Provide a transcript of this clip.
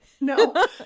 no